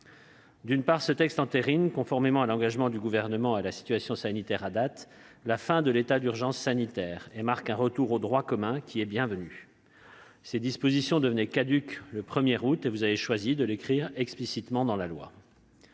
D'une part, ce texte entérine, conformément à l'engagement du Gouvernement et à la situation sanitaire à ce jour, la fin de l'état d'urgence sanitaire et marque un retour bienvenu au droit commun. Ces dispositions devenaient caduques le 1 août prochain, et vous avez choisi de l'écrire explicitement dans la loi.